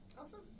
Awesome